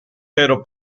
pero